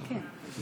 כן, כן.